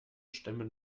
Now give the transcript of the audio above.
stimmen